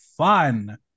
Fun